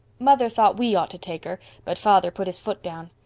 mother thought we ought to take her, but father put his foot down.